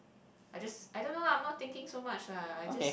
I just I don't know lah I'm not thinking so much lah I just